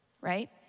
right